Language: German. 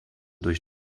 durch